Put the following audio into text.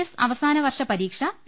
S അവസാന വർഷ പരീക്ഷ പി